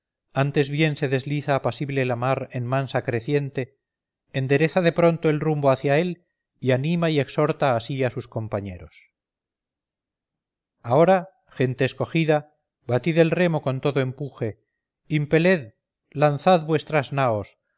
antes bien se desliza apacible la mar en mansa creciente endereza de pronto el rumbo hacia él y anima y exhorta así a sus compañeros ahora gente escogida batid el remo con todo empuje impeled lanzad vuestras naos